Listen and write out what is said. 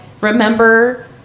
remember